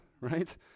right